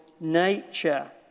nature